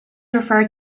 referred